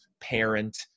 parent